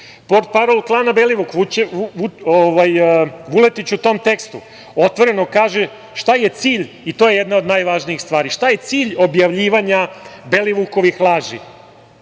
Belivuka. Portparol klana Belivuk, Vuletić u tom tekstu otvoreno kaže i to je jedna od najvažnijih stvari, šta je cilj objavljivanja Belivukovih laži.